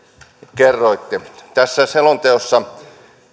kerroitte tässä selonteossa